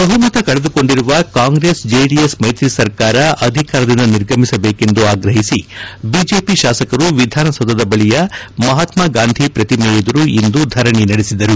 ಬಹುಮತ ಕಳೆದುಕೊಂಡಿರುವ ಕಾಂಗ್ರೆಸ್ ಜೆಡಿಎಸ್ ಮೈತ್ರಿ ಸರ್ಕಾರ ಅಧಿಕಾರದಿಂದ ನಿರ್ಗಮಿಸಬೇಕೆಂದು ಆಗ್ರಹಿಸಿ ಬಿಜೆಪಿ ಶಾಸಕರು ವಿಧಾನಸೌಧ ಬಳಿಯ ಮಹಾತ್ಮ ಗಾಂಧಿ ಪ್ರತಿಮೆ ಎದುರು ಇಂದು ಧರಣಿ ನಡೆಸಿದರು